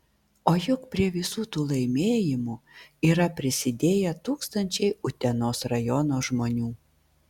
o juk prie visų tų laimėjimų yra prisidėję tūkstančiai utenos rajono žmonių